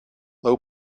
low